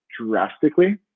drastically